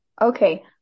Okay